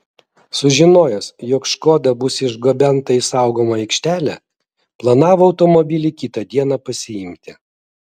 sužinojęs jog škoda bus išgabenta į saugomą aikštelę planavo automobilį kitą dieną pasiimti